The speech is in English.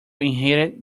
inherit